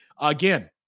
Again